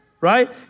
right